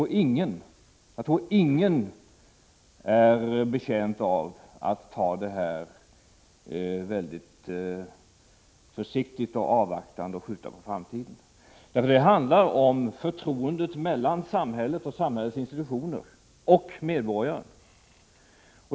Jag tror att ingen är betjänt av att vi är väldigt försiktiga och avvaktande och skjuter detta på framtiden. Det handlar om förtroendet mellan samhället, samhällets institutioner och medborgaren.